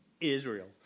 Israel